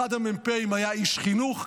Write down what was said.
אחד המ"פאים היה איש חינוך,